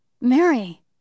Mary